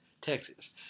Texas